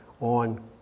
on